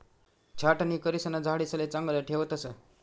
छाटणी करिसन झाडेसले चांगलं ठेवतस